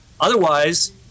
Otherwise